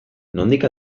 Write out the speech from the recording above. nondik